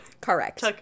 Correct